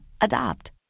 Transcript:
Adopt